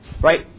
right